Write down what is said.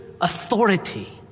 authority